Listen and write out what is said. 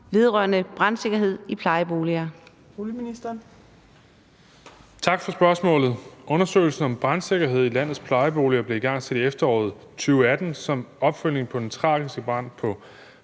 15:53 Boligministeren (Kaare Dybvad Bek): Tak for spørgsmålet. Undersøgelsen om brandsikkerhed i landets plejeboliger blev igangsat i efteråret 2018 som opfølgning på den tragiske brand på